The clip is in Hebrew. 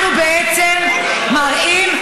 אנחנו מראים,